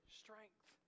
strength